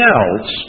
else